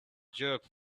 jerk